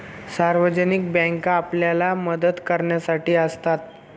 सार्वजनिक बँका आपल्याला मदत करण्यासाठी असतात